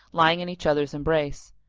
lying in each other's embrace